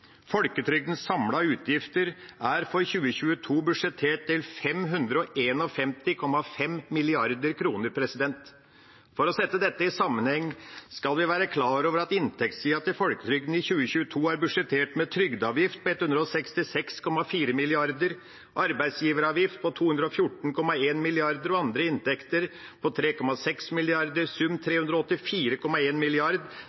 Folketrygdens samlede utgifter er for 2022 budsjettert til 551,5 mrd. kr. For å sette dette i sammenheng skal vi være klar over at inntektssiden til folketrygden i 2022 er budsjettert med trygdeavgift på 166,4 mrd. kr, arbeidsgiveravgift på 214,1 mrd. kr og andre inntekter på 3,6 mrd. kr – i sum